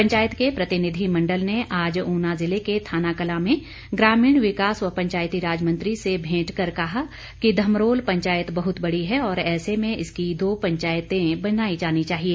पंचायत के प्रतिनिधिमंडल ने आज ऊना जिले के थानाकलां में ग्रामीण विकास व पंचायती राज मंत्री से भेंट कर कहा कि धमरोल पंचायत बहुत बड़ी है और ऐसे में इसकी दो पंचायतें बनाई जानी चाहिए